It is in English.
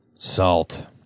Salt